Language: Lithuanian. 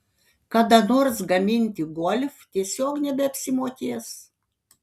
kada nors gaminti golf tiesiog nebeapsimokės